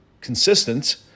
consistent